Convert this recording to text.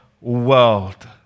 world